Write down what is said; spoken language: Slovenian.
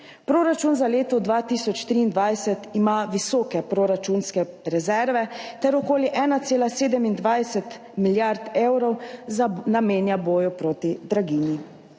Proračun za leto 2023 ima visoke proračunske rezerve ter okoli 1,27 milijarde evrov namenja boju proti draginji,